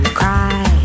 cry